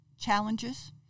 challenges